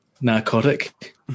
narcotic